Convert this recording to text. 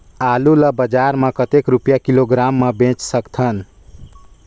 आलू ला बजार मां कतेक रुपिया किलोग्राम म बेच सकथन?